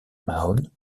mahone